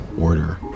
order